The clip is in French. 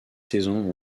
saisons